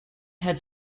had